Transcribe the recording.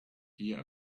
hear